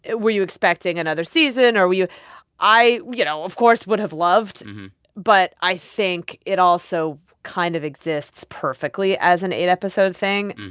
were you expecting another season? or were you i, you know, of course, would have loved but i think it also kind of exists perfectly as an eight-episode thing.